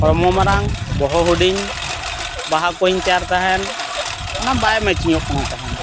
ᱦᱚᱲᱢᱚ ᱢᱟᱨᱟᱝ ᱵᱚᱦᱚᱜ ᱦᱩᱰᱤᱧ ᱵᱟᱦᱟ ᱠᱚᱧ ᱛᱮᱭᱟᱨ ᱛᱟᱦᱮᱫ ᱚᱱᱟ ᱵᱟᱭ ᱢᱮᱪᱤᱝ ᱚᱜ ᱠᱟᱱ ᱛᱟᱦᱮᱱ